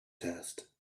test